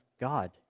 God